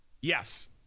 yes